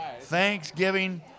Thanksgiving